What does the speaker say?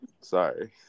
Sorry